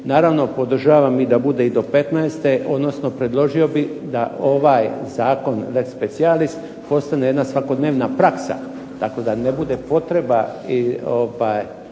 naravno podržavam i da bude i do '15. odnosno predložio bih da ovaj zakon leg specialis postane jedna svakodnevna praksa tako da ne bude potreba i uopće